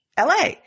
LA